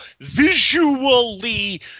visually